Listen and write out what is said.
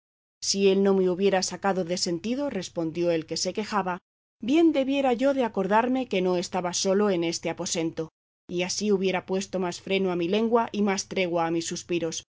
si él no me hubiera sacado de sentido respondió el que se quejaba bien debiera yo de acordarme que no estaba solo en este aposento y así hubiera puesto más freno a mi lengua y más tregua a mis suspiros